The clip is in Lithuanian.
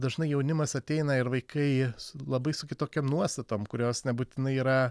dažnai jaunimas ateina ir vaikai labai su kitokiom nuostatom kurios nebūtinai yra